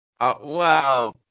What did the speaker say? Wow